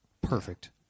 perfect